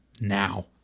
now